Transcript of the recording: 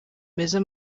meza